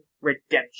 redemption